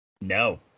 No